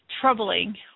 troubling